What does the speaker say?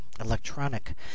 electronic